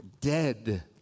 dead